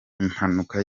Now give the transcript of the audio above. impanuka